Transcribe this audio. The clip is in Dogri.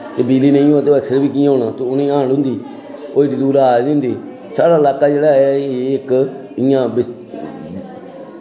ते बिजली निं होवै ते एक्स रे कि'यां होना हांड होंदी एड्डे दूरा आए दे होंदे साढ़े लाका जेह्ड़ा ऐ एह् इ'यां